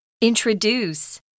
Introduce